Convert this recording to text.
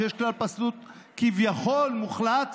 שיש כלל פסלות כביכול מוחלט,